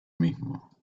mismo